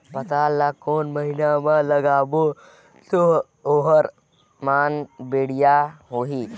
पातल ला कोन महीना मा लगाबो ता ओहार मान बेडिया होही?